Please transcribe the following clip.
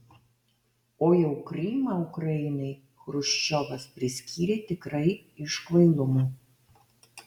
o jau krymą ukrainai chruščiovas priskyrė tikrai iš kvailumo